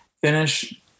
finish